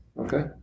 Okay